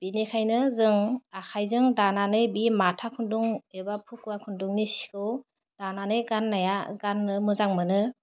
बेनिखायनो जों आखाइजों दानानै बि माथा खुन्दुं एबा फुखुवा खुन्दुंनि सिखौ दानानै गान्नाया गान्नो मोजां मोनो